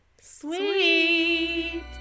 sweet